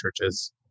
churches